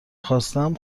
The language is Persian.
خواستم